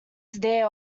there